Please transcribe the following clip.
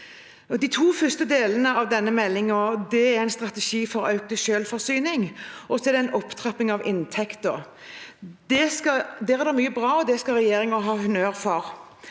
De to første delene av denne meldingen er strategien for økt selvforsyning og planen for opptrapping av inntekten. Der er det mye bra, og det skal regjeringen ha honnør for.